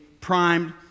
primed